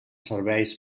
serveis